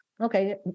okay